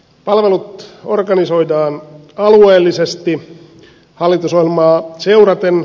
palvelut organisoidaan alueellisesti hallitusohjelmaa seuraten